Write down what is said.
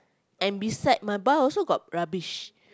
and beside my bar also got rubbish